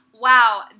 wow